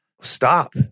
stop